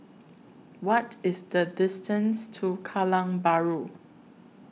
What IS The distance to Kallang Bahru